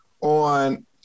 on